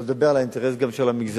שלא לדבר על האינטרס גם של המגזר.